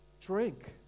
drink